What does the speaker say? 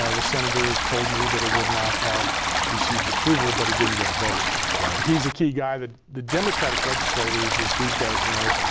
ah the senator told me that it would not have received approval but it didn't get a vote. he's a key guy. the the democratic legislators, as these guys know,